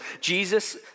Jesus